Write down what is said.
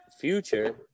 Future